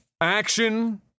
action